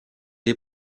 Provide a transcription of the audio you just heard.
est